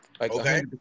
Okay